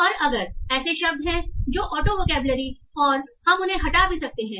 और अगर ऐसे शब्द हैं जो ऑटो वोकैबलरी और हम उन्हें हटा भी सकते हैं